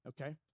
okay